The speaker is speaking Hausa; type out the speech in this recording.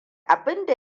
abinda